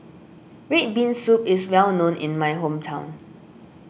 Red Bean Soup is well known in my hometown